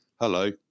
hello